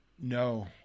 No